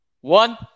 one